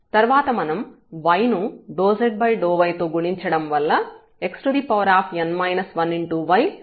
తర్వాత మనం y ను ∂z∂y తో గుణించడం వల్ల xn 1ygyx ను పొందుతాము